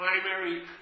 primary